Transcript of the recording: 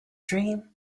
dream